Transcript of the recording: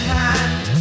hand